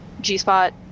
g-spot